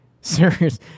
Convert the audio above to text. serious